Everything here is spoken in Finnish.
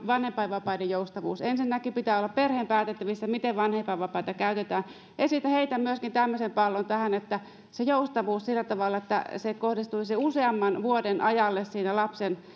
vanhempainvapaiden joustavuus ensinnäkin pitää olla perheen päätettävissä miten vanhempainvapaita käytetään ja sitten heitän myöskin tämmöisen pallon tähän että se joustavuus olisi sillä tavalla että se kohdistuisi useamman vuoden ajalle lapsen